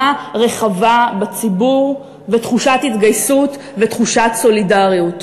רחבה בציבור ותחושת התגייסות ותחושת סולידריות.